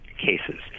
cases